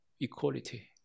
equality